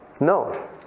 No